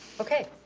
okay.